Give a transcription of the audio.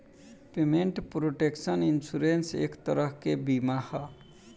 payment protection insurance एक तरह के बीमा ह